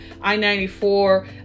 I-94